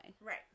Right